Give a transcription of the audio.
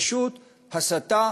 פשוט הסתה